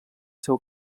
seu